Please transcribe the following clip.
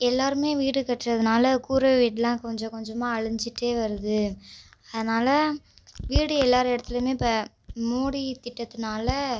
எல்லோருமே வீடு கட்டுறதுனால கூரை வீடுலாம் கொஞ்ச கொஞ்சமா அளிஞ்சுட்டே வருது அதனால் வீடு எல்லோரு இடத்துலியுமே இப்போ மோடி திட்டதுனால்